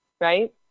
right